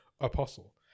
Apostle